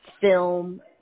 film